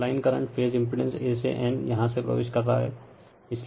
तो यह line current phase impedance A से N यहाँ से प्रवेश कर रहा है